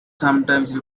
sometimes